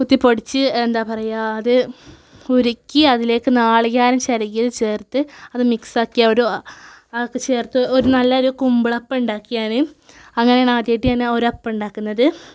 കുത്തിപൊടിച്ച് എന്താ പറയുക അത് ഉരുക്കി അതിലേക്ക് നാളികേരം ചിരകിയത് ചേർത്ത് അത് മിക്സ് ആക്കിയൊരു അതൊക്കെ ചേർത്ത് ഒര് നല്ലൊരു കുമ്പിളപ്പം ഉണ്ടാക്കി ഞാന് അങ്ങനെയാണ് ഞാൻ ആദ്യമായിട്ട് ഒര് അപ്പം ഉണ്ടാക്കുന്നത്